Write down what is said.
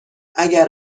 اگر